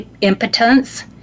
impotence